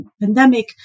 pandemic